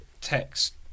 text